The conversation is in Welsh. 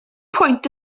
pwynt